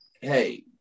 hey